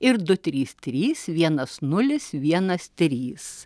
ir du trys trys vienas nulis vienas trys